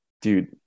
Dude